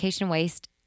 Waste